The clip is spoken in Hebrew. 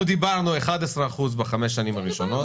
אנחנו דיברנו על 11 אחוזים בחמש השנים הראשונות,